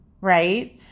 Right